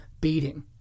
beating